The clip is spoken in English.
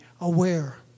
aware